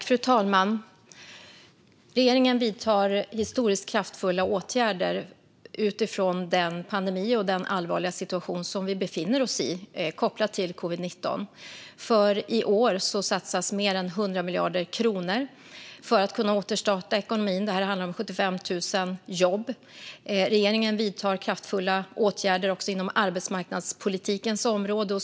Fru talman! Regeringen vidtar historiskt kraftfulla åtgärder utifrån den pandemi och allvarliga situation som vi befinner oss i, kopplat till covid-19. För i år satsas mer än 100 miljarder kronor för att kunna återstarta ekonomin. Det handlar om 175 000 jobb. Regeringen vidtar kraftfulla åtgärder också inom arbetsmarknadspolitikens område.